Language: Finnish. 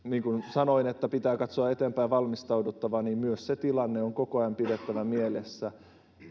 sanoin niin pitää katsoa eteenpäin ja on valmistauduttava ja myös se tilanne on koko ajan pidettävä mielessä